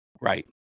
right